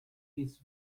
his